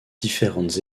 différentes